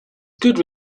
good